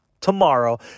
Tomorrow